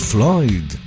Floyd